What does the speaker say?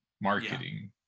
marketing